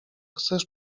chcesz